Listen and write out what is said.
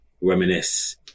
reminisce